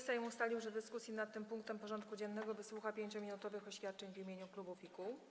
Sejm ustalił, że w dyskusji nad tym punktem porządku dziennego wysłucha 5-minutowych oświadczeń w imieniu klubów i kół.